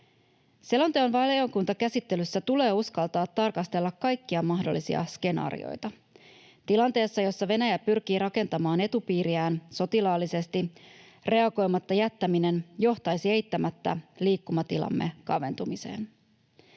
Selonteon valiokuntakäsittelyssä tulee uskaltaa tarkastella kaikkia mahdollisia skenaarioita. Tilanteessa, jossa Venäjä pyrkii rakentamaan etupiiriään sotilaallisesti, reagoimatta jättäminen johtaisi eittämättä liikkumatilamme kaventumiseen.